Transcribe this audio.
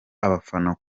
abafana